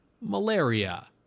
malaria